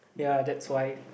ya that's why